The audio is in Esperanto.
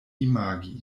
imagi